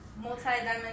multi-dimensional